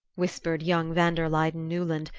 whispered young van der luyden newland,